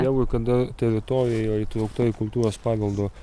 dievui kada teritorija yra įtraukta į kultūros paveldo